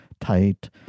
tight